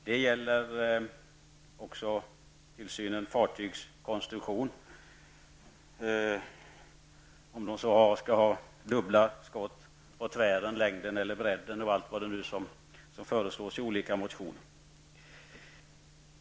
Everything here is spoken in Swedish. Det gäller också tillsynen av fartygs konstruktion; om de skall ha dubbla skott på tvären, längden eller bredden, och vad som nu föreslås i olika motioner.